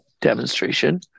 demonstration